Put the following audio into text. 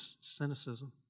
cynicism